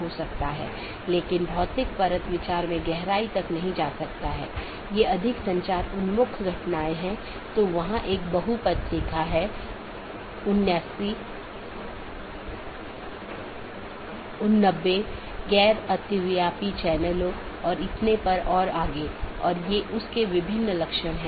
हालाँकि एक multi home AS को इस प्रकार कॉन्फ़िगर किया जाता है कि यह ट्रैफिक को आगे न बढ़ाए और पारगमन ट्रैफिक को आगे संचारित न करे